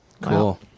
Cool